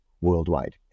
worldwide